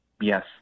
Yes